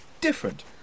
different